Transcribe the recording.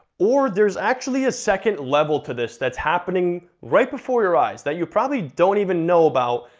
or there's actually a second level to this that's happening right before your eyes, that you probably don't even know about,